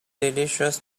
delicious